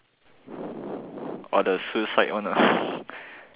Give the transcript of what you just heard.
or the suicide one